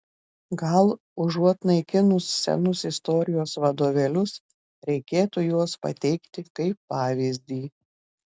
gal užuot naikinus senus istorijos vadovėlius reikėtų juos pateikti kaip pavyzdį